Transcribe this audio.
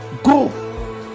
go